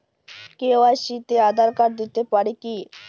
KYC তে Aadhaar card দিতে পারি কি?